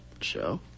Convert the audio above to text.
show